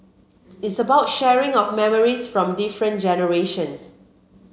it's about sharing of memories from different generations